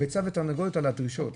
הביצה והתרנגולת על הדרישות.